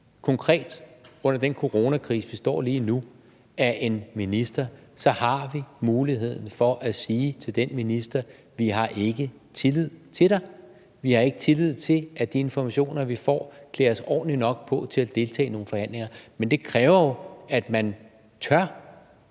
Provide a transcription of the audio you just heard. konkret under den coronakrise, vi står i lige nu, af en minister, så har vi muligheden for at sige til den minister: Vi har ikke tillid til dig. Vi har ikke tillid til, at de informationer, vi får, klæder os ordentlig nok på til at deltage i nogle forhandlinger. Men det kræver jo, at man tør